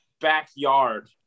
backyard